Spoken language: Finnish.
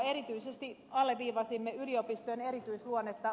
erityisesti alleviivasimme yliopistojen erityisluonnetta